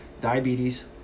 diabetes